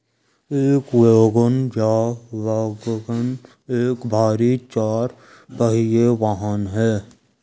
एक वैगन या वाग्गन एक भारी चार पहिया वाहन है